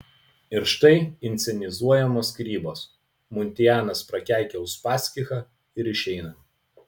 ir štai inscenizuojamos skyrybos muntianas prakeikia uspaskichą ir išeina